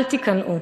אל תיכנעו.